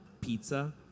pizza